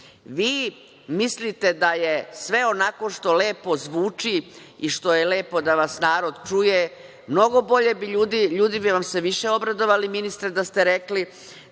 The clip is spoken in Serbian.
mislite da je sve onako što lepo zvuči i što je lepo da vas narod čuje, mnogo bi vam se ljudi više obradovali, ministre, da ste rekli